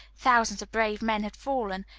thousands of brave men had fallen,